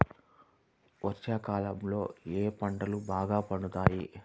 వర్షాకాలంలో ఏ పంటలు బాగా పండుతాయి?